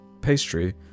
pastry